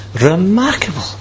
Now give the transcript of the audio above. remarkable